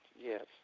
Yes